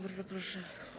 Bardzo proszę.